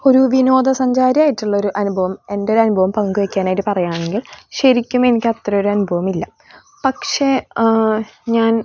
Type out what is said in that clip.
ഒരു വിനോദസഞ്ചാരി ആയിട്ടുള്ള ഒരു അനുഭവം എൻ്റെ ഒരനുഭവം പങ്കുവെക്കാനായിട്ട് പറയുകയാണെങ്കിൽ ശരിക്കും എനിക്ക് അത്രയൊരു അനുഭവുമില്ല പക്ഷെ ഞാൻ